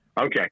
Okay